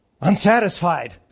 unsatisfied